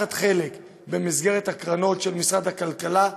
לקחת חלק במסגרת הקרנות של משרד הכלכלה,